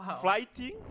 flighting